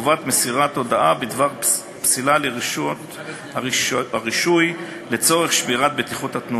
וחובת מסירת הודעה בדבר הפסילה לרשות הרישוי לצורך שמירת בטיחות התנועה.